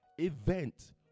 event